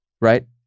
right